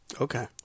Okay